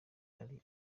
yari